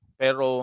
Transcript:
pero